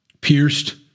pierced